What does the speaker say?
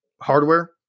hardware